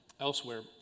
Elsewhere